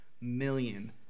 million